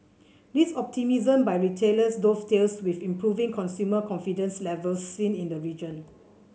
this optimism by retailers dovetails with improving consumer confidence levels seen in the region